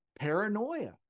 paranoia